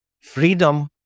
freedom